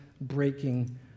breaking